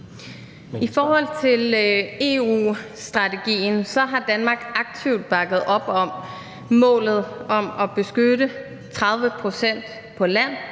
I forhold til EU-strategien har Danmark aktivt bakket op om målet om at beskytte 30 pct. på land